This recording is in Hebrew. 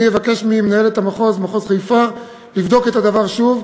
אבקש ממנהלת המחוז, מחוז חיפה, לבדוק את הדבר שוב.